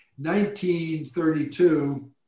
1932